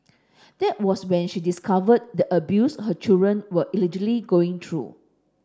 that was when she discovered the abuse her children were allegedly going through